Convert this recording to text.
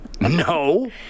No